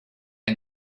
and